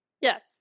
Yes